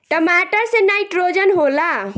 टमाटर मे नाइट्रोजन होला?